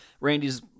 Randy's